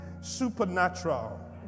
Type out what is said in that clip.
supernatural